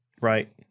Right